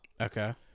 Okay